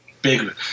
big